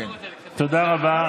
תודה רבה.